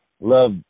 Love